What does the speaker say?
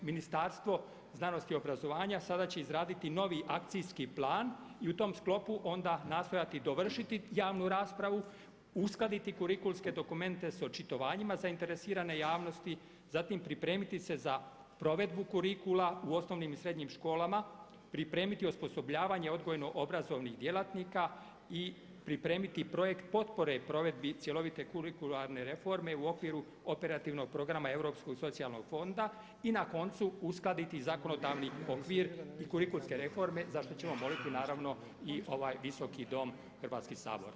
Ministarstvo znanosti, obrazovanja sada će izraditi novi akcijski plan i u tom sklopu onda nastojati dovršiti javnu raspravu, uskladiti kurikulske dokumente s očitovanjima zainteresirane javnosti, zatim pripremiti se za provedbu kurikula u osnovnim i srednjim školama, pripremiti osposobljavanje odgojno-obrazovnih djelatnika i pripremiti projekt potpore provedbi cjelovite kulurikularne reforme u okviru operativnog programa Europskog socijalnog fonda i na koncu uskladiti zakonodavni okvir i kurikulske reforme zašto ćemo moliti naravno i ovaj Visoki dom Hrvatski sabor.